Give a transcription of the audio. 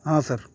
ہاں سر